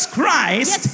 Christ